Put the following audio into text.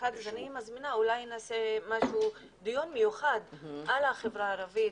אולי נעשה דיון מיוחד על החברה הערבית,